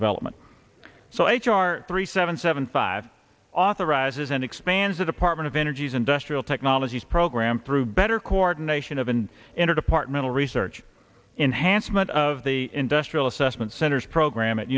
development so h r three seven seven five authorizes and expands the department of energy's industrial technologies program through better coordination of and interdepartmental research enhanced month of the industrial assessment center's program at